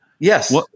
Yes